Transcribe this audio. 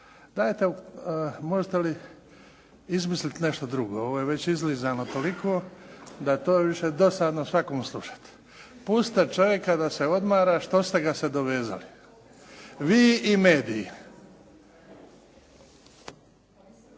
Dajte možete li izmisliti nešto drugo? Ovo je već izlizano toliko da je to više dosadno svakome slušati. Pustite čovjeka da se odmara, što ste ga se dovezali vi i mediji.